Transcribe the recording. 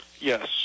Yes